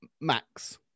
Max